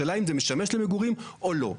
השאלה היא אם זה משמש למגורים או לא.